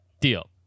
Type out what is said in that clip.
deal